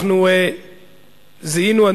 אנחנו זיהינו,